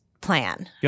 plan